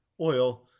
oil